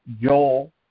Joel